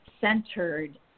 centered